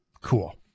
Cool